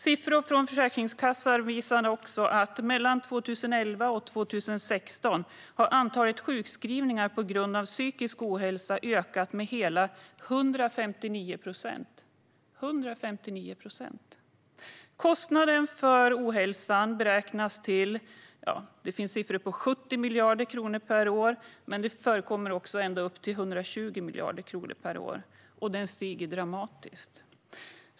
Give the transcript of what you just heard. Siffror från Försäkringskassan visar också att mellan 2011 och 2016 ökade antalet sjukskrivningar på grund av psykisk ohälsa med hela 159 procent. När det gäller kostnaden för ohälsan finns det siffror på 70 miljarder kronor per år, men det förekommer också siffror på uppåt 120 miljarder kronor per år. Och kostnaden stiger dramatiskt.